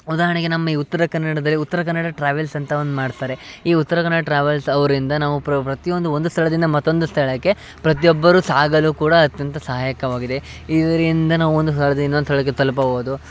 ಉದಾಹರಣೆಗೆ ನಮ್ಮ ಈ ಉತ್ತರ ಕನ್ನಡದಲ್ಲಿ ಉತ್ತರ ಕನ್ನಡ ಟ್ರಾವೆಲ್ಸ್ ಅಂತ ಒಂದು ಮಾಡ್ತಾರೆ ಈ ಉತ್ತರ ಕನ್ನಡ ಟ್ರಾವೆಲ್ಸ್ ಅವರಿಂದ ನಾವು ಪ್ರತಿ ಒಂದು ಸ್ಥಳದಿಂದ ಮತ್ತೊಂದು ಸ್ಥಳಕ್ಕೆ ಪ್ರತಿಯೊಬ್ಬರೂ ಸಾಗಲು ಕೂಡ ಅತ್ಯಂತ ಸಹಾಯಕವಾಗಿದೆ ಇದರಿಂದ ನಾವು ಒಂದು ಸ್ಥಳದಿಂದ ಇನ್ನೊಂದು ಸ್ಥಳಕ್ಕೆ ತಲುಪಬಹುದು